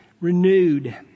renewed